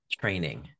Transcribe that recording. training